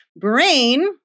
Brain